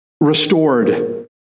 restored